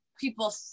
people